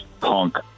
punk